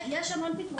יש המון פתרונות.